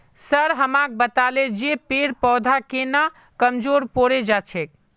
sir हमाक बताले जे पेड़ पौधा केन न कमजोर पोरे जा छेक